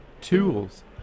tools